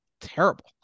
terrible